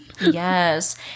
yes